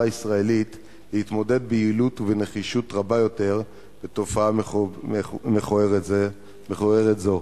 הישראלית להתמודד ביעילות ובנחישות רבה יותר בתופעה מכוערת זו.